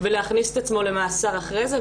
להכניס את עצמו למאסר אחרי זה.